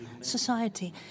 society